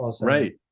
right